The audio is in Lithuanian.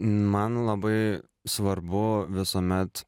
man labai svarbu visuomet